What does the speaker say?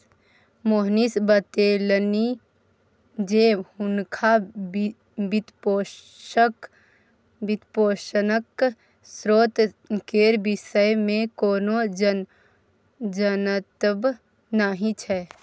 मोहनीश बतेलनि जे हुनका वित्तपोषणक स्रोत केर विषयमे कोनो जनतब नहि छै